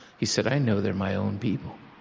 he said, i know they're my own people.